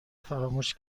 فراموش